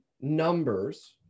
numbers